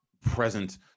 present